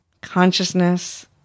consciousness